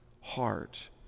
heart